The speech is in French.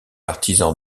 artisan